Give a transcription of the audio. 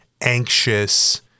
anxious